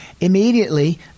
Immediately